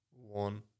one